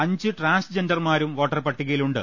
അഞ്ച് ട്രാൻസ്ജെൻഡർമാരും വോട്ടർ പട്ടികയിലുണ്ട്